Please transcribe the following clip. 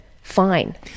fine